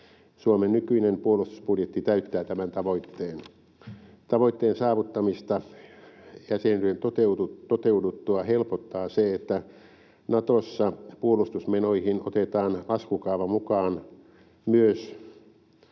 Suomen nykyinen puolustusbudjetti täyttää tämän tavoitteen. Tavoitteen saavuttamista jäsenyyden toteuduttua helpottaa se, että Natossa puolustusmenoihin otetaan laskukaavan mukaan myös